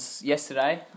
yesterday